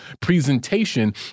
presentation